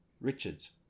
Richards